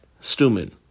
stuman